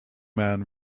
man